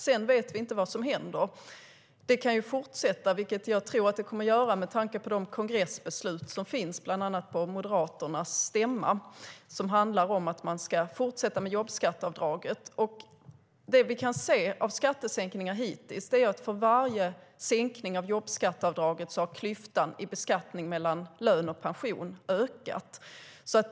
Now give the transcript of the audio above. Sedan vet vi inte vad som händer. Det kan fortsätta, vilket jag tror att det kommer att göra med tanke på de kongressbeslut som finns bland annat från Moderaternas stämma och som handlar om att man ska fortsätta med jobbskatteavdraget. Det som vi kan se av skattesänkningar hittills är att för varje sänkning av jobbskatteavdraget har klyftan när det gäller beskattning mellan lön och pension ökat.